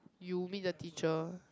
you meet the teacher